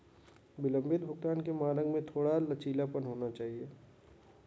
विलंबित भुगतान के मानक में थोड़ा लचीलापन होना चाहिए